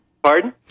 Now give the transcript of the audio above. Pardon